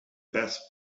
best